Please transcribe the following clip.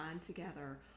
together